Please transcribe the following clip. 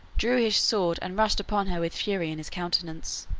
drew his sword and rushed upon her with fury in his countenance.